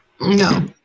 no